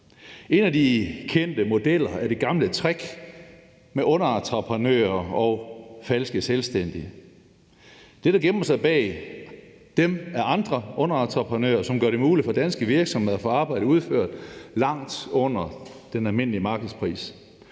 En af de kendte modeller er det gamle trick med underentreprenører og falske selvstændige. Det, der gemmer sig bag dem, er andre underentreprenører, som gør det muligt for danske virksomheder at få arbejdet udført til en pris langt under den almindelige markedspris.